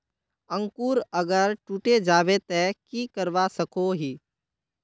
अंकूर अगर टूटे जाबे ते की करवा सकोहो ही?